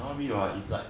cannot be what if like